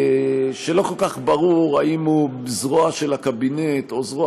שלא כל כך ברור אם הוא זרוע של הקבינט או זרוע